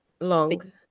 long